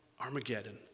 Armageddon